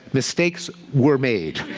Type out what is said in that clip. mistakes were made.